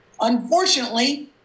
unfortunately